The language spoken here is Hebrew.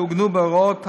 שעוגנו בהוראות הממונה,